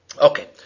Okay